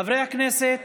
חברי הכנסת,